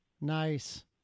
nice